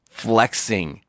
flexing